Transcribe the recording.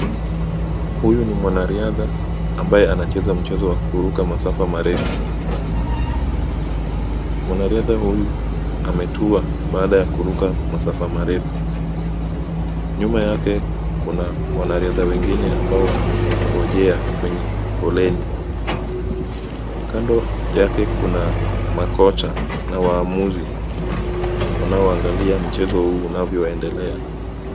Huyu ni mwanariadha ambaye anacheza mchezo wa kuruka masafa marefu. Mwanariadha huyu ametua baada ya kuruka masafa marefu. Nyuma yake kuna wanariadha ambao wanamgojea kwenye foleni. Kando yake kuna makocha na waamuzi wanaoangalia mchezo huu unavyoendelea.